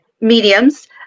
mediums